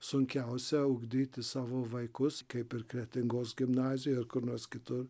sunkiausia ugdyti savo vaikus kaip ir kretingos gimnazijoj ar kur nors kitur